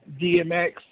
DMX